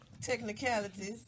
technicalities